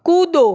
कूदो